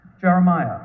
Jeremiah